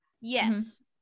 Yes